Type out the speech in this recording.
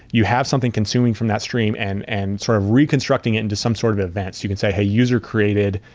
you have something consuming from that stream and and sort of reconstructing it into some sort of events. you can say, hey, user created.